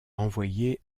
renvoyer